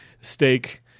Steak